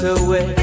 away